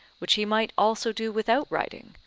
which he might also do without writing,